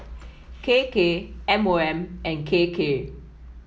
K K M O M and K K